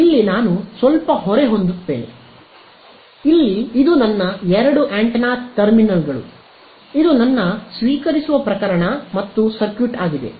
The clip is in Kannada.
ಆದ್ದರಿಂದ ಇಲ್ಲಿ ನಾನು ಸ್ವಲ್ಪ ಹೊರೆ ಹೊಂದುತ್ತೇನೆ ಇಲ್ಲಿ ಇದು ನನ್ನ ಎರಡು ಆಂಟೆನಾ ಟರ್ಮಿನಲ್ಗಳು ಇದು ನನ್ನ ಸ್ವೀಕರಿಸುವ ಪ್ರಕರಣ ಮತ್ತು ಸರ್ಕ್ಯೂಟ್ ಆಗಿದೆ